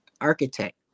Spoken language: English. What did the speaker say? architect